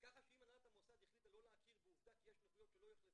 ככה שאם הנהלת המוסד החליטה לא להכיר בעובדה כי יש נכויות שלא יחלפו,